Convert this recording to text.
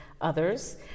others